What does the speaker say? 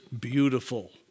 beautiful